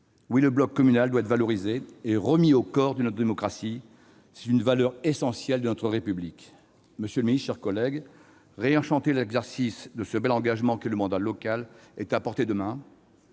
Oui, le bloc communal doit être valorisé et remis au coeur de notre démocratie. C'est une valeur essentielle de notre République ! Monsieur le ministre, mes chers collègues, réenchanter l'exercice de ce bel engagement qu'est le mandat local est à portée de main.